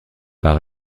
par